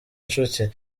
nshuti